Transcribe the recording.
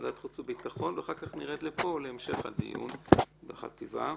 כך נרד לפה להמשך הדיון בחטיבה.